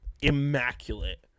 immaculate